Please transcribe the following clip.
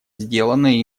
сделанное